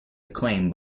acclaim